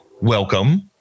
welcome